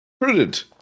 Prudent